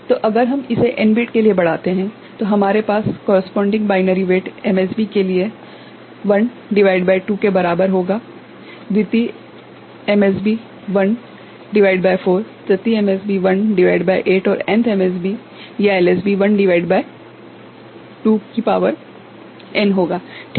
तो अगर हम इसे n बिट के लिए बढ़ाते हैं तो हमारे पास संबन्धित बाइनरी वेट MSB के लिए 1 भागित 2 के बराबर होगा द्वितीय MSB 1 भागित 4 तृतीय MSB 1 भागित 8 और nth MSB या LSB 1 भागित2 की शक्ति n होगा ठीक है